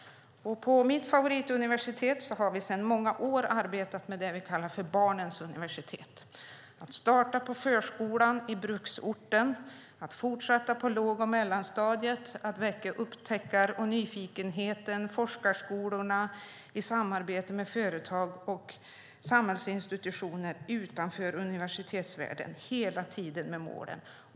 På mitt favorituniversitet arbetar vi sedan många år med det vi kallar för Barnens universitet. Man startar på förskolan i bruksorten, man fortsätter på låg och mellanstadiet att väcka upptäckarglädje och nyfikenhet. Sedan finns forskarskolorna i samarbete med företag och samhällsinstitutioner utanför universitetsvärlden som också har det målet.